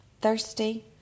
Thirsty